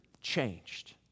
changed